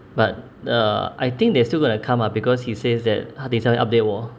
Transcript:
but err I think they're still gonna come lah because he says that 他等一下 update 我